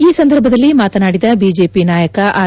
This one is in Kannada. ಈ ಸಂದರ್ಭದಲ್ಲಿ ಮಾತನಾಡಿದ ಬಿಜೆಪಿ ನಾಯಕ ಆರ್